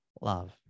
love